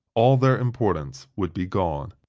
all their importance would be gone.